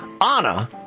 Anna